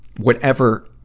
whatever,